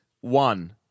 One